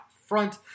front